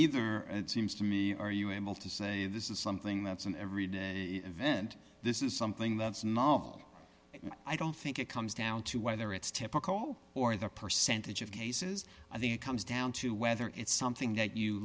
neither seems to me are you able to say this is something that's an every day event this is something that's novel i don't think it comes down to whether it's typical or the percentage of cases i think it comes down to whether it's something that you